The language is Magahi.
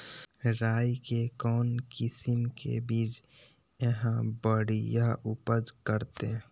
राई के कौन किसिम के बिज यहा बड़िया उपज करते?